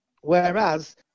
Whereas